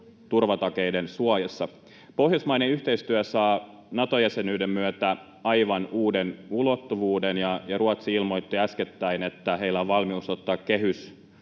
turvatakeiden suojassa. Pohjoismainen yhteistyö saa Nato-jäsenyyden myötä aivan uuden ulottuvuuden. Ruotsi ilmoitti äskettäin, että heillä on valmius ottaa